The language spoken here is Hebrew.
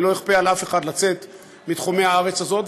ואני לא אכפה על אף אחד לצאת מתחומי הארץ הזאת,